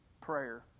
prayer